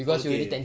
okay